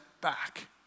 back